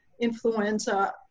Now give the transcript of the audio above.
influenza